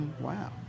Wow